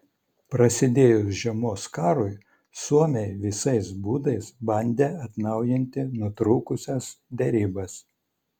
prasidėjus žiemos karui suomiai visais būdais bandė atnaujinti nutrūkusias derybas